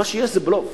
מה שיש זה בלוף.